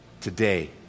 Today